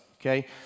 Okay